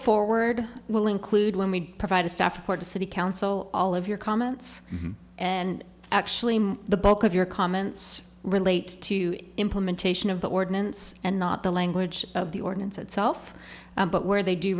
forward will include when we provide a staff report to city council all of your comments and actually the bulk of your comments relate to implementation of the ordinance and not the language of the ordinance itself but where they do